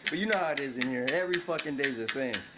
but you know how it is in here. every fuckin' day's the same.